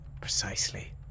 Precisely